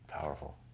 powerful